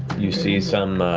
you see some